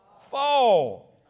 fall